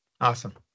Awesome